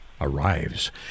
Arrives